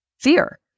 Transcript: fear